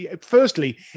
Firstly